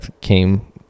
came